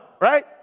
right